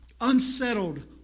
unsettled